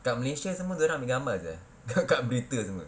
kat malaysia semua dorang ambil gambar sia kat berita semua